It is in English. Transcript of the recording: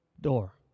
door